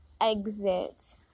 exit